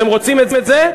אתם רוצים את זה?